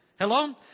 Hello